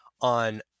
on